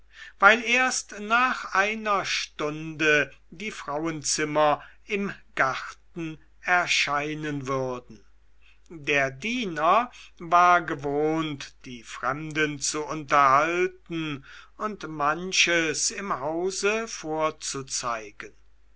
weil erst nach einer stunde die frauenzimmer im garten erscheinen würden der diener war gewohnt die fremden zu unterhalten und manches im hause vorzuzeigen